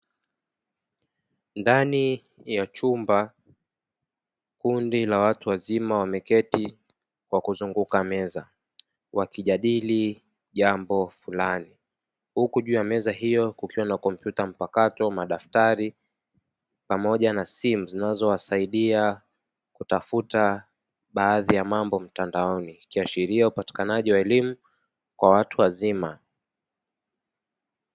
Ndani ya chumba, kundi la watu wazima wameketi kwa kuzunguka meza, wakijadili jambo fulani. Huku juu ya meza hiyo kukiwa na kompyuta mpakato, madaftari pamoja na simu zinazowasaidia kutafuta baadhi ya mambo mtandaoni ikiashiria upatikanaji wa elimu kwa watu wazima.